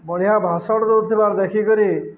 ବଢ଼ିଆ ଭାଷଣ ଦଉଥିବା ଦେଖିକରି